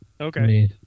okay